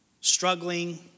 struggling